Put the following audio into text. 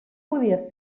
podia